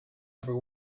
upper